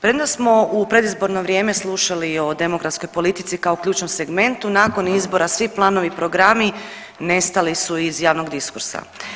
Premda smo u predizborno vrijeme slušali o demografskoj politici kao ključnom segmentu, nakon izbora svi planovi i programi nestali su iz javnog diskursa.